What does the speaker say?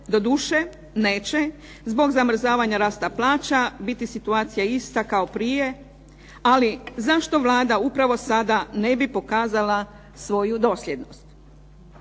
Doduše, neće zbog zamrzavanja rasta plaća biti situacija ista kao prije. Ali zašto Vlada upravo sada ne bi pokazala svoju dosljednost.